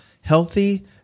healthy